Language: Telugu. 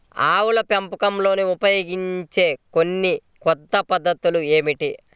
ఆవుల పెంపకంలో ఉపయోగించే కొన్ని కొత్త పద్ధతులు ఏమిటీ?